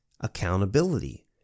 accountability